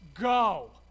go